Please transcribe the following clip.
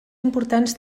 importants